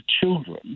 children